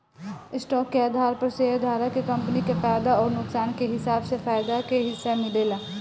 stock के आधार पर शेयरधारक के कंपनी के फायदा अउर नुकसान के हिसाब से फायदा के हिस्सा मिलेला